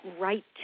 right